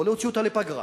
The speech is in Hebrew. לא להוציא אותה לפגרה,